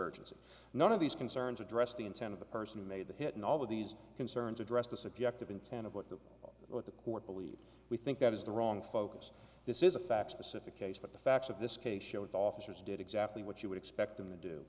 urgency none of these concerns addressed the intent of the person who made the hit and all of these concerns addressed the subject of intent of what the what the court believe we think that is the wrong focus this is a fact specific case but the facts of this case showed the officers did exactly what you would expect them to do